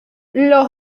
los